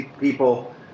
people